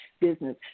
business